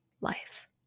life